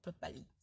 properly